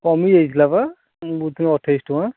କମି ଯାଇଥିଲା ମୁଁ ବୁଝିଥିଲି ଅଠେଇଶି ଶହ ଟଙ୍କା